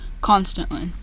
constantly